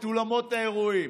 את אולמות האירועים.